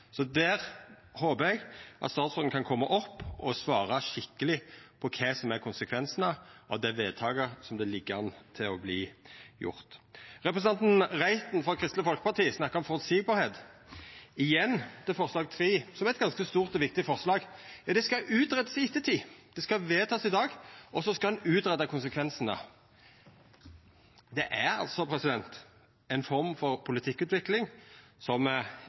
Eg håpar at statsråden kan koma opp og svara skikkeleg på kva som er konsekvensane av det vedtaket som ligg an til å verta gjort. Representanten Reiten frå Kristeleg Folkeparti snakka om føreseielegheit. Igjen vil eg gå til forslag III i innstillinga, som er eit ganske stort og viktig forslag. Det skal greiast ut i ettertid! Det skal vedtakast i dag, og så skal ein greia ut konsekvensane. Det er ei form for politikkutvikling